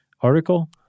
article